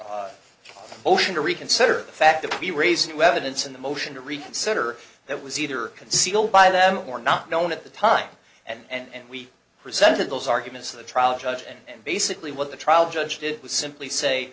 the ocean to reconsider the fact that we raise new evidence in the motion to reconsider that was either concealed by them or not known at the time and we presented those arguments to the trial judge and basically what the trial judge did was simply say